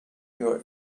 your